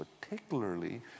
particularly